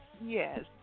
yes